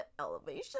elevation